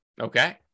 okay